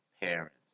parents